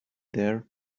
there